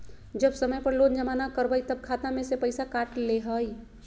जब समय पर लोन जमा न करवई तब खाता में से पईसा काट लेहई?